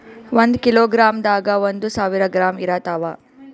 ಒಂದ್ ಕಿಲೋಗ್ರಾಂದಾಗ ಒಂದು ಸಾವಿರ ಗ್ರಾಂ ಇರತಾವ